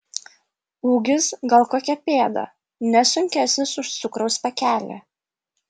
ūgis gal kokia pėda ne sunkesnis už cukraus pakelį